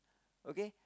okay